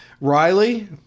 Riley